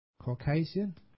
Caucasian